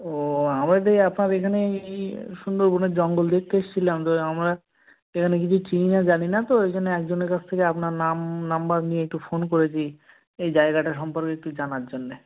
ও আমাদের আপনার এখানে এই সুন্দরবনের জঙ্গল দেখতে এসেছিলাম তো আমরা এখানে কিছু চিনি না জানি না তো ওই জন্যে একজনের কাছ থেকে আপনার নাম নাম্বার নিয়ে একটু ফোন করেছি এই জায়গাটা সম্পর্কে একটু জানার জন্যে